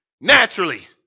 naturally